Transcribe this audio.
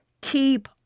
Keep